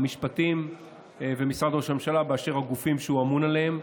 משרד המשפטים ומשרד ראש הממשלה באשר לגופים שהוא אמון עליהם.